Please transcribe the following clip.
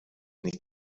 nicht